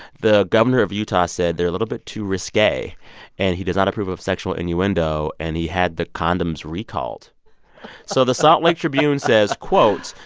the governor of utah said they're a little bit too risque and he does not approve of sexual innuendo. and he had the condoms recalled so the salt lake tribune says, quote,